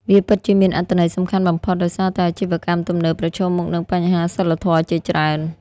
វាពិតជាមានអត្ថន័យសំខាន់បំផុត ដោយសារតែអាជីវកម្មទំនើបប្រឈមមុខនឹងបញ្ហាសីលធម៌ជាច្រើន។